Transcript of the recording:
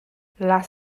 las